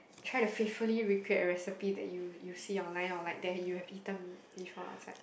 try to faithfully recreate a recipe that you you see online or like that you have eaten before outside